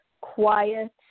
quiet